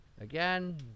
Again